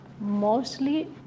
mostly